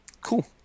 Cool